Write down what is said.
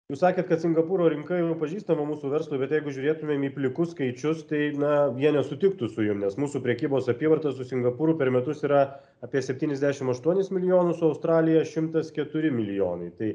jūs sakėt kad singapūro rinka jau pažįstama mūsų verslui bet jeigu žiūrėtumėm į plikus skaičius tai na jie nesutiktų su jumis nes mūsų prekybos apyvarta su singapūru per metus yra apie septyniasdešim aštuonis milijonus su australija šimtas keturi milijonai tai